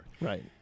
right